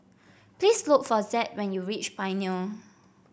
please look for Zed when you reach Pioneer